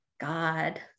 God